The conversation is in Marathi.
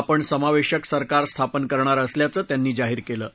आपण समावेशक सरकार स्थापन करणार असल्याचं त्यांनी जाहीर केलं आहे